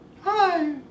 Hi